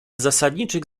zasadniczych